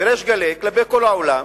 בריש גלי, כלפי כל העולם,